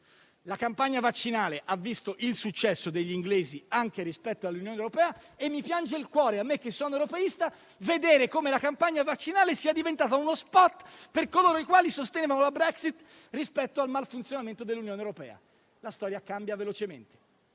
La campagna vaccinale ha visto il successo degli inglesi anche rispetto all'Unione europea e piange il cuore a me che sono europeista vedere come la campagna vaccinale sia diventata uno *spot* per coloro i quali sostengono la Brexit rispetto al mal funzionamento dell'Unione europea. La storia cambia velocemente,